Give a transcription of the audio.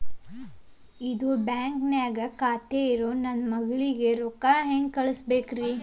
ಇದ ಬ್ಯಾಂಕ್ ನ್ಯಾಗ್ ಖಾತೆ ಇರೋ ನನ್ನ ಮಗಳಿಗೆ ರೊಕ್ಕ ಹೆಂಗ್ ಕಳಸಬೇಕ್ರಿ?